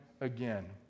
again